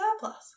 surplus